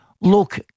Look